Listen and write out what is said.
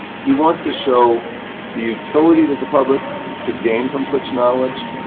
he wants to show the utility that the public could gain from such knowledge,